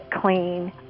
clean